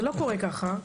זה לא קורה ככה.